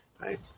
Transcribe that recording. Right